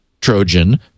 Trojan